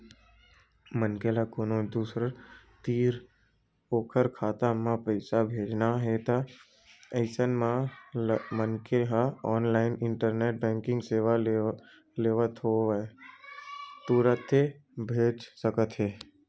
मनखे ल कोनो दूसर तीर ओखर खाता म पइसा भेजना हे अइसन म मनखे ह ऑनलाइन इंटरनेट बेंकिंग सेवा लेवत होय तुरते भेज सकत हे